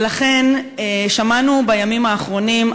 ולכן שמענו בימים האחרונים,